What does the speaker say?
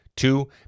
Two